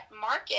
market